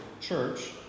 church